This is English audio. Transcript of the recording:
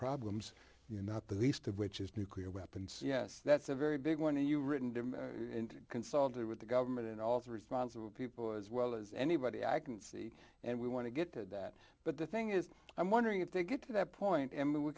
problems you not the least of which is nuclear weapons yes that's a very big one and you written consulted with the government and also responsible people as well as anybody i can see and we want to get to that but the thing is i'm wondering if they get to that point and we